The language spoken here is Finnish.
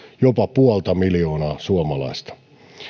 jopa puolta miljoonaa suomalaista